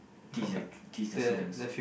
teach the teach the students